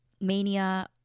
Mania